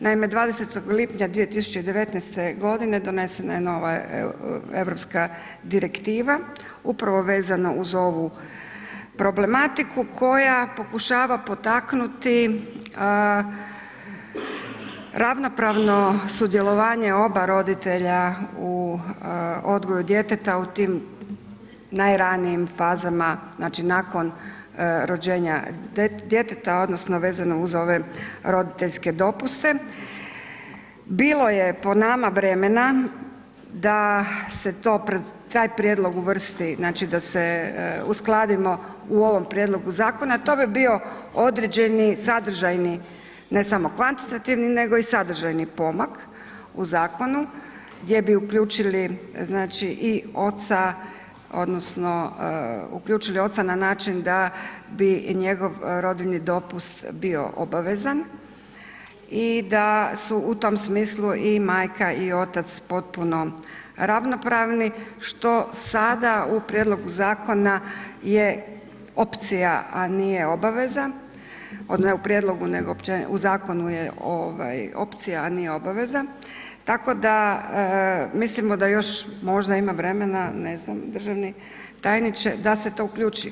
Naime, 20. lipnja 2019.g. donesena je nova Europska direktiva upravo vezana uz ovu problematiku koja pokušava potaknuti ravnopravno sudjelovanje oba roditelja u odgoju djeteta u tim najranijim fazama, znači nakon rođenja djeteta odnosno vezano uz ove roditeljske dopuste, bilo je po nama vremena da se taj prijedlog uvrsti, znači da se uskladimo u ovom prijedlogu zakonu, to bi bio određeni sadržajni ne samo kvantitativni nego i sadržajni pomak u zakonu gdje bi uključili znači i oca odnosno uključili oca na način da bi njegov rodiljni dopust bio obavezan i da su u tom smislu i majka i otac potpuno ravnopravni, što sada u prijedlogu zakona je opcija, a nije obaveza odnosno ne u prijedlogu nego u zakonu je ovaj opcija, a nije obaveza, tako da mislimo da još možda ima vremena ne znam državni tajniče da se to uključi.